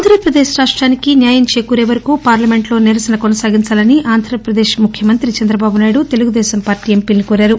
ఆంధ్రప్రదేశ్ రాష్ట్రానికి న్యాయం చేకూరే వరకు పార్లమెంటులో నిరసన కొనసాగించాలని ఆంధ్రదేశ్ ముఖ్యమంతి చంద్రబాబునాయుడు తెలుగుదేశం పార్టీ ఎంపిలను కోరారు